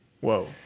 Whoa